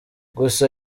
gusa